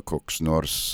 koks nors